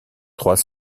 trois